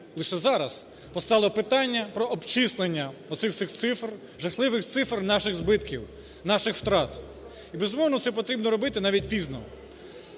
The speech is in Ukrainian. лише зараз постало питання про обчислення оцих всіх цифр, жахливих цифр наших збитків, наших втрат. І, безумовно, це потрібно робити, навіть пізно.